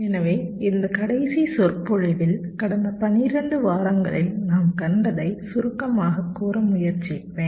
எனவே இந்த கடைசி சொற்பொழிவில் கடந்த 12 வாரங்களில் நாம் கண்டதை சுருக்கமாகக் கூற முயற்சிப்பேன்